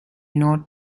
not